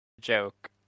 joke